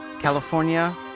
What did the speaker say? California